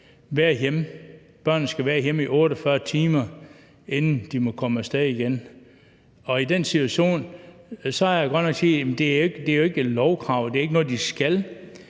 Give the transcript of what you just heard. børnene skal være hjemme i 48 timer – inden de må komme af sted igen. Og i den situation siger man godt nok, at det ikke er et lovkrav, det er ikke noget, de skal,